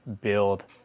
build